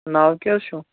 ناو کیٛاہ حظ چھُ